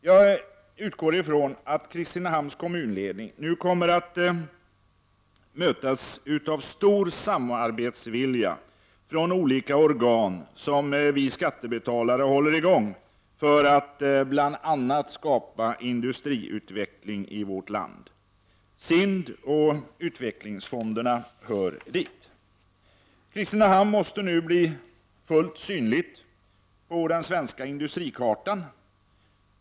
Jag utgår ifrån att Kristinehamns kommunledning nu kommer att mötas av stor samarbetsvilja från olika organ som vi skattebetalare håller i gång för att bl.a. skapa industriutveckling i vårt land. SIND och utvecklingsfonderna hör dit. Kristinehamn måste nu bli fullt synligt på den svenska industrikartan.